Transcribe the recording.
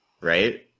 right